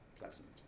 pleasant